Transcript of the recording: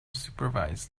supervise